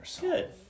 Good